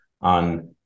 on